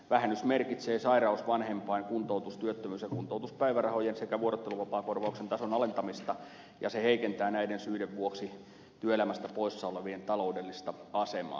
vähennys merkitsee sairaus vanhempain kuntoutus työttömyys ja kuntoutuspäivärahojen sekä vuorotteluvapaakorvauksen tason alentamista ja se heikentää näiden syiden vuoksi työelämästä poissa olevien taloudellista asemaa